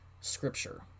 Scripture